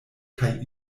kaj